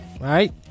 right